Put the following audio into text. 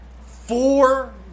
four